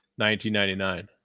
1999